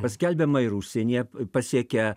paskelbiama ir užsienyje pasiekia